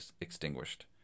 extinguished